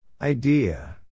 Idea